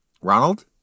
Ronald